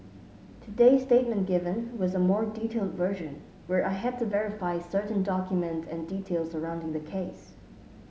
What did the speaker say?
today's statement given was a more detailed version where I had to verify certain documents and details surrounding the case